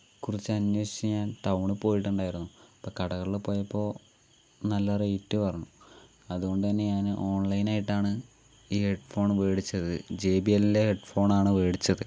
അതിനെ കുറിച്ച് അനേഷിച്ച് ഞാൻ ടൗണിൽ പോയിട്ട് ഉണ്ടായിരുന്നു കടകളിൽ പോയപ്പോൾ നല്ല റേറ്റ് പറഞ്ഞു അതുകൊണ്ട് തന്നെ ഞാന് ഓൺലൈൻ ആയിട്ട് ആണ് ഈ ഹെഡ്ഫോണ് മേടിച്ചത് ജെ ബി എൽ യിൻ്റെ ഹെഡ്ഫോണ് ആണ് മേടിച്ചത്